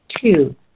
Two